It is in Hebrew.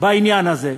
בעניין הזה.